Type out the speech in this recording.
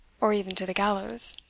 or even to the gallows?